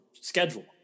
schedule